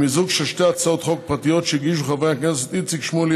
היא מיזוג של שתי הצעות חוק פרטיות שהגישו חברי הכנסת איציק שמולי,